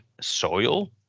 soil